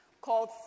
called